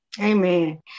Amen